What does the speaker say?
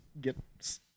get